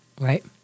Right